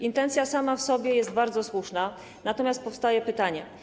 Intencja sama w sobie jest bardzo słuszna, natomiast powstaje pytanie.